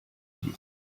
you